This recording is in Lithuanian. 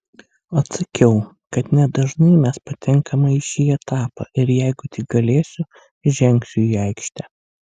atsakiau kad nedažnai mes patenkame į šį etapą ir jeigu tik galėsiu žengsiu į aikštę